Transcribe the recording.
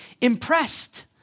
impressed